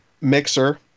mixer